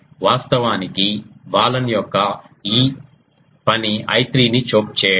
వాస్తవానికి బాలన్ యొక్క పని ఈ I3 ని చోక్ చేయడం